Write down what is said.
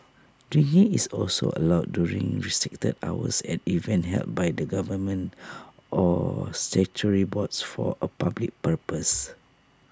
drinking is also allowed during restricted hours at events held by the government or statutory boards for A public purpose